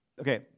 Okay